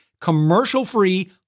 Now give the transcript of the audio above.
commercial-free